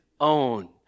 own